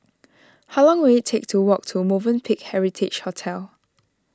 how long will it take to walk to Movenpick Heritage Hotel